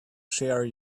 share